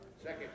Second